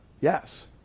Yes